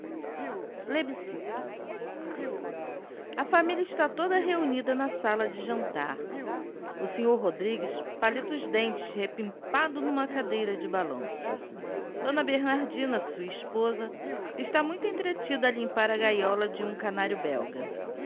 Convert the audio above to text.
reunida na sala de jantar o sr rodrigues palita os dentes repimpado n'uma cadeira de balanço d bernardina sua esposa está muito entretida a limpar a gaiola de um canário belga